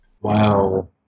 Wow